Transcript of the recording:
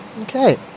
Okay